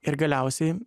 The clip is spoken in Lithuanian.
ir galiausiai